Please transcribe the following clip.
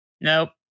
nope